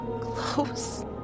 close